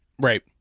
Right